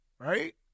Right